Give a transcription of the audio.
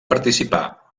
participar